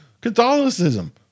Catholicism